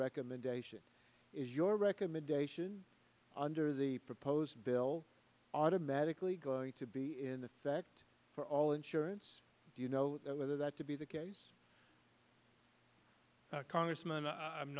recommendation is your recommendation under the proposed bill automatically going to be in effect for all insurance do you know whether that to be the case congressman or i'm